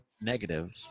Negative